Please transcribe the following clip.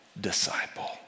disciple